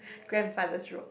grandfather's road